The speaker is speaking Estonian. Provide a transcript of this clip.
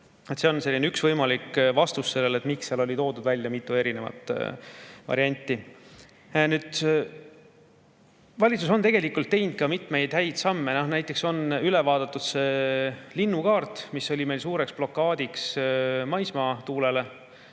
See on üks võimalik vastus sellele, miks seal oli toodud välja mitu erinevat varianti. Valitsus on tegelikult teinud mitmeid häid samme. Näiteks on üle vaadatud linnukaart, mis oli meil suureks [blokiks] maismaatuule[parkidele].